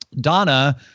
Donna